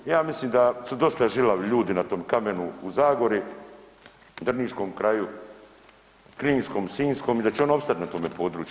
Ja mislim da su dosta žilavi ljudi na tom kamenu u zagori, drniškom kraju, kninskom, sinjskom i da će oni opstat na tome području.